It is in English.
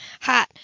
hot